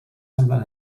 semblen